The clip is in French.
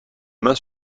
main